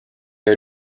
are